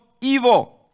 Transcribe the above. evil